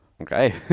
Okay